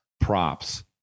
props